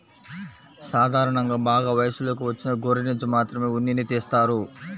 సాధారణంగా బాగా వయసులోకి వచ్చిన గొర్రెనుంచి మాత్రమే ఉన్నిని తీస్తారు